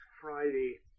Friday